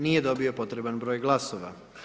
Nije dobio potreban broj glasova.